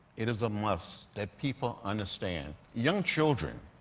it is a must that people understand young children,